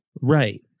Right